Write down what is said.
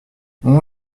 onze